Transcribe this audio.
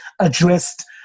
addressed